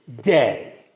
day